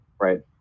right